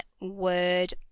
word